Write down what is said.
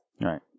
Right